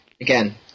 Again